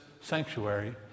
sanctuary